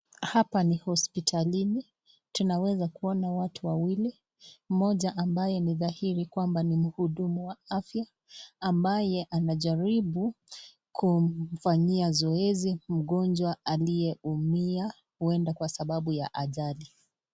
Hapa ni hosiptalini, tunaweza kuona watu wawili. Mmoja ambaye ni dhahiri kwamba ni mhudumu wa afya ambaye anajaribu kumfanyia zoezi mgonjwa aliye umia huenda kwa sababu ya ajali.